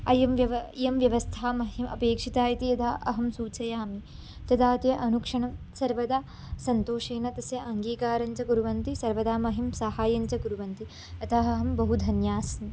अयं व्यवस्था इयं व्यवस्था मह्यम् अपेक्षिता इति यदा अहं सूचयामि तदा ते अनुक्षणं सर्वदा सन्तोषेण तस्य अङ्गीकारञ्च कुर्वन्ति सर्वदा मह्यं साहाय्यं च कुर्वन्ति अतः अहं बहु धन्यास्मि